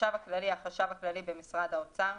"החשב הכללי" החשב הכללי במשרד האוצר,